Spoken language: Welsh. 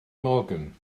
morgan